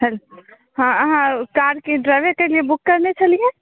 hello हँ अहाँ कारके ड्राइवरके लिए बुक करने छलिए